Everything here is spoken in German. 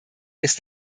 ist